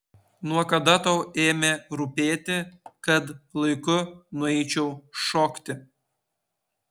nuo kada tau ėmė rūpėti kad laiku nueičiau šokti